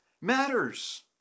matters